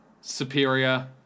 superior